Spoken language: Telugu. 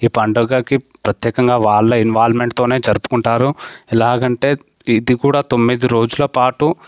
ఈ పండగకి ప్రత్యేకంగా వాళ్ళ ఇన్వాల్వ్మెంట్తోనే జరుపుకుంటారు ఎలాగ అంటే ఇది కూడా తొమ్మిది రోజులపాటు